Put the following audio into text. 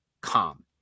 calm